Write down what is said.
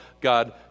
God